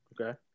Okay